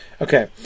Okay